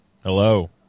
hello